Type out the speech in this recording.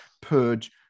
Purge